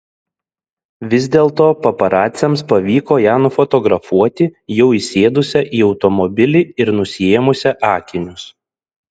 vis dėlto paparaciams pavyko ją nufotografuoti jau įsėdusią į automobilį ir nusiėmusią akinius